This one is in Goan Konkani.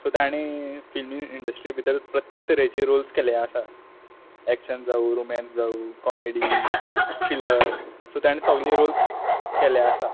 सो तांणी फिल्म इंडस्ट्री भितर प्रत्येक तरेचे रोल्स केल्ले आसा एक्शन जावं रोमेन्स जावं कॉमेडी थ्रिलर सो तांणें सगळे रोल्स केल्ले आसा